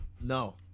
No